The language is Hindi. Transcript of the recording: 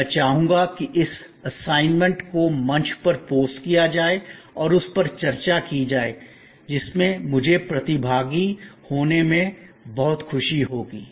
और मैं चाहूंगा कि इस असाइनमेंट को मंच पर पोस्ट किया जाए और उस पर चर्चा की जाए जिसमें मुझे प्रतिभागी होनेमे बहुत खुशी होगी